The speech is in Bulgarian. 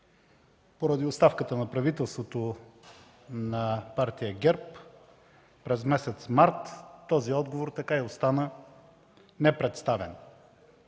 Поради оставката на правителството на партия ГЕРБ през месец март този отговор така и остана непредставен.